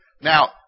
Now